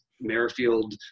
Merrifield